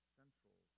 central